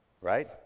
Right